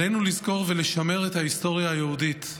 עלינו לזכור ולשמר את ההיסטוריה היהודית.